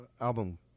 album